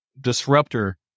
Disruptor